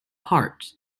parts